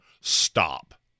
Stop